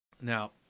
now